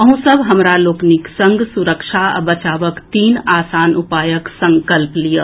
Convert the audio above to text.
अहूँ सभ हमरा लोकनिक संग सुरक्षा आ बचावक तीन आसान उपायक संकल्प लियऽ